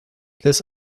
this